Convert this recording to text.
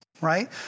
Right